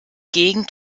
gegend